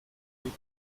und